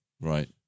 Right